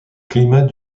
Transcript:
climat